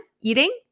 eating